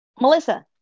Melissa